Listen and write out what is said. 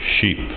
sheep